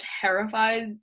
terrified